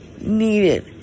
needed